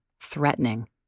threatening